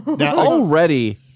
Already